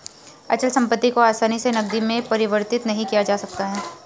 अचल संपत्ति को आसानी से नगदी में परिवर्तित नहीं किया जा सकता है